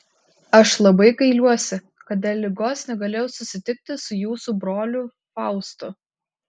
aš labai gailiuosi kad dėl ligos negalėjau susitikti su jūsų broliu faustu